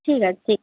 ঠিক আছে ঠিক আছে